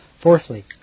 Fourthly